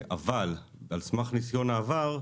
אבל ועל סמך ניסיון העבר,